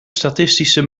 statistische